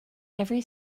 every